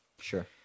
Sure